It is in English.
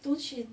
都去